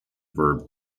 verb